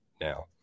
now